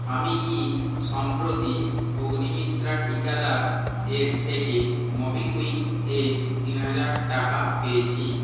আমি কি সম্প্রতি অগ্নিমিত্রা টিকাদার এর থেকে মোবিকুইক এ তিন হাজার টাকা পেয়েছি